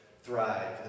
thrive